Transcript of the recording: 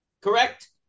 Correct